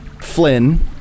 Flynn